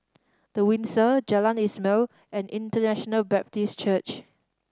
The Windsor Jalan Ismail and International Baptist Church